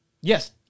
Yes